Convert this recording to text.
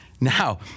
Now